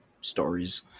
stories